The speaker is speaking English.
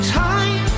time